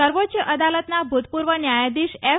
સર્વોચ્ય અદાલતના ભૂતપૂર્વ ન્યાયાધીશ એફ